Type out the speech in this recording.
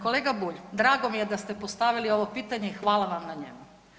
Kolega Bulj drago mi je da ste postavili ovo pitanje i hvala vam na njemu.